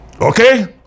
Okay